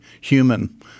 human